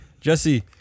Jesse